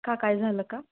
का काय झालं का